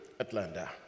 Atlanta